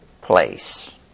place